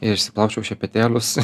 išsiplaučiau šepetėlius